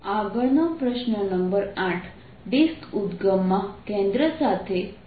આગળનો પ્રશ્ન number 8 disc ઉદ્દગમ માં કેન્દ્ર સાથે છે